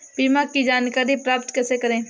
बीमा की जानकारी प्राप्त कैसे करें?